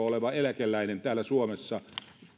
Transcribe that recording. oleva eläkeläinen täällä suomessa